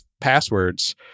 passwords